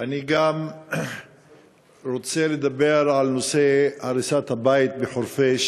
אני גם רוצה לדבר על נושא הריסת הבית בחורפיש